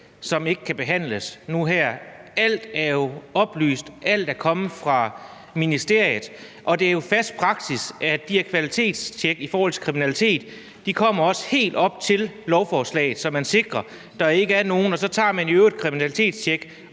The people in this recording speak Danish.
som ikke kan behandles nu her. Alt er jo oplyst. Alt er kommet fra ministeriet, og det er fast i praksis, at de her kvalitetstjek i forhold til kriminalitet kommer helt op til lovforslagets vedtagelse, så man sikrer, at der ikke er nogen kriminelle, og man tager jo i øvrigt også et kriminalitetstjek